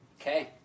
Okay